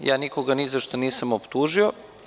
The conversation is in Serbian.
Ja nikoga nizašta nisam optužio.